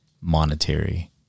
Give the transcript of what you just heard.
monetary